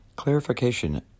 Clarification